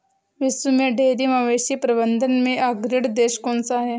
विश्व में डेयरी मवेशी प्रबंधन में अग्रणी देश कौन सा है?